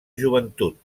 joventut